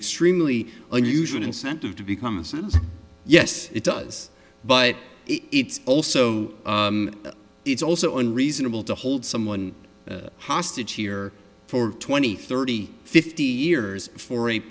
extremely unusual incentive to become a citizen yes it does but it's also it's also an reasonable to hold someone hostage here for twenty thirty fifty years for a